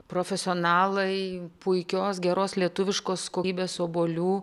profesionalai puikios geros lietuviškos kokybės obuolių